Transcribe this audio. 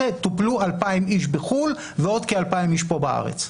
טופלו 2,000 איש בחו"ל ועוד כ-2,000 איש פה בארץ.